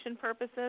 purposes